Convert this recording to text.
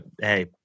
Hey